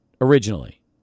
originally